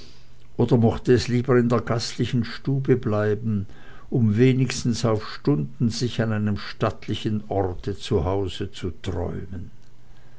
oder mochte es lieber in der gastlichen stube bleiben um wenigstens auf stunden sich an einem stattlichen orte zu hause zu träumen